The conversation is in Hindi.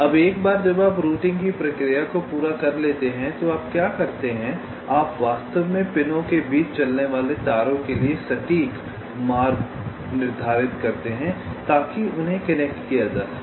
अब एक बार जब आप रूटिंग की प्रक्रिया को पूरा कर लेते हैं तो आप क्या करते हैं आप वास्तव में पिनों के बीच चलने वाले तारों के लिए सटीक मार्ग निर्धारित करते हैं ताकि उन्हें कनेक्ट किया जा सके